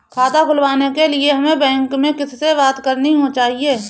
खाता खुलवाने के लिए हमें बैंक में किससे बात करनी चाहिए?